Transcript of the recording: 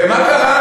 ומה קרה?